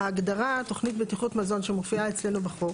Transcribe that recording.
ההגדרה תוכנית בטיחות מזון שמופיעה אצלנו בחוק